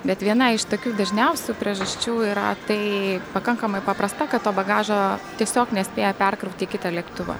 bet viena iš tokių dažniausių priežasčių yra tai pakankamai paprasta kad to bagažo tiesiog nespėja perkrauti į kitą lėktuvą